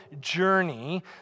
journey